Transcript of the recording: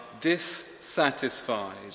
dissatisfied